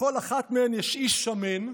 בכל אחת מהן יש איש שמן,